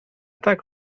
tak